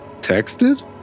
texted